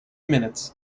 minutes